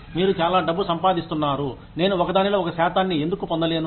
మీరు చాలా డబ్బు సంపాదిస్తున్నారు నేను దానిలో ఒక శాతాన్ని ఎందుకు పొందలేను